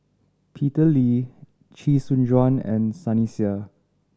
Peter Lee Chee Soon Juan and Sunny Sia